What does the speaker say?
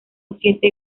siete